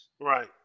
Right